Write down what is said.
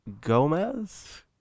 Gomez